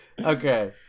Okay